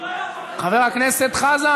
הוא לא יכול, חבר הכנסת חזן,